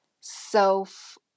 self